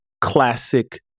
classic